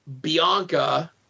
Bianca